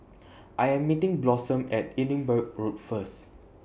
I Am meeting Blossom At Edinburgh Road First